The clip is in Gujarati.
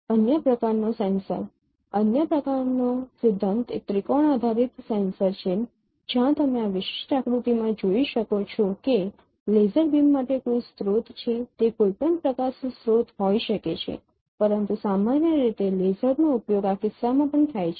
અન્ય પ્રકારનો સેન્સર અન્ય પ્રકારનો સિદ્ધાંત એ ત્રિકોણ આધારિત સેન્સર છે જ્યાં તમે આ વિશિષ્ટ આકૃતિમાં જોઈ શકો છો કે લેસર બીમ માટે કોઈ સ્રોત છે તે કોઈ પણ પ્રકાશ સ્રોત હોઈ શકે છે પરંતુ સામાન્ય રીતે લેસરનો ઉપયોગ આ કિસ્સામાં પણ થાય છે